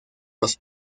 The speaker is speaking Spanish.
los